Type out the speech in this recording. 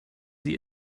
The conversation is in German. sie